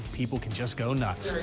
people can just go nuts.